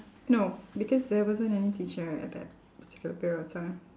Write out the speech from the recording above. no because there wasn't any teacher at that particular period of time